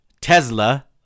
Tesla